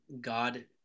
God